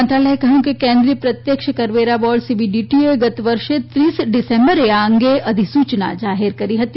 મંત્રાલયે કહયું છે કે કેન્દ્રીય પ્રત્યક્ષ કરવેરા બોર્ડ સીબીડીટીએ ગત વર્ષે ત્રીસ ડીસેમ્બરે આ અંગે અધિસુયના જાહેર કરી હતી